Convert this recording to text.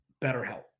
BetterHelp